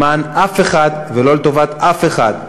למען אף אחד ולא לטובת אף אחד.